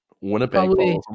Winnipeg